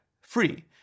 free